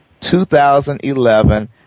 2011